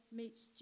meets